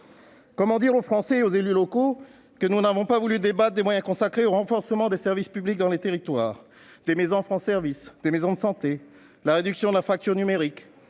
Comment dire aux Français et aux élus locaux que nous n'avons pas voulu débattre des moyens consacrés au renforcement des services publics dans les territoires, des maisons France Services, des maisons de santé, de la réduction de la fracture numérique,